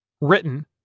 Written